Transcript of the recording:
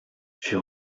fut